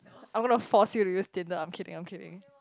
I'm gonna force you to use Tinder I'm kidding I'm kidding